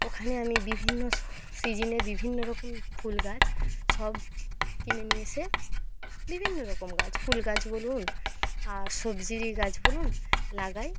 ওখানে আমি বিভিন্ন সিজনে বিভিন্ন রকম ফুল গাছ সব কিনে নিয়ে এসে বিভিন্ন রকম গাছ ফুল গাছ বলুন আর সবজিরই গাছ বলুন লাগাই